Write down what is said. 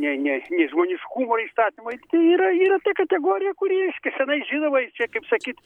nei nei nei žmoniškumo įstatymui tai yra yra ta kategorija kuri reiškia seniai žinoma čia kaip sakyt